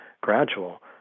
gradual